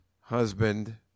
husband